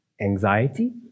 anxiety